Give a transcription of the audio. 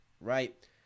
right